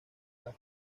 las